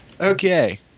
Okay